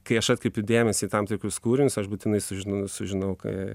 kai aš atkreipiu dėmesį į tam tikrus kūrinius aš būtinai sužinau sužinau ka